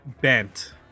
bent